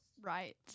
Right